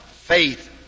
faith